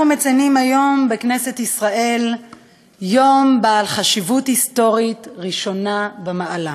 אנחנו מציינים היום בכנסת ישראל יום בעל חשיבות היסטורית ראשונה במעלה,